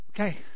okay